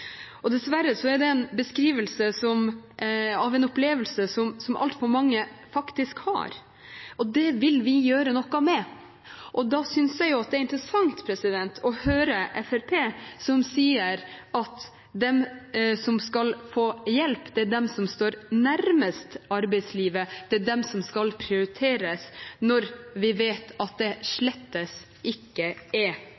det. Dessverre er det en beskrivelse av en opplevelse som altfor mange har. Det vil vi gjøre noe med. Da synes jeg det er interessant å høre Fremskrittspartiet, som sier at de som skal få hjelp, er de som står nærmest arbeidslivet – det er de som skal prioriteres – når vi vet at det